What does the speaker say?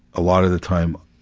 a lot of the time,